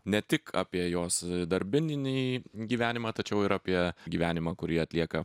ne tik apie jos darbininį gyvenimą tačiau ir apie gyvenimą kurį atlieka